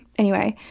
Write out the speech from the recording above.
anyway,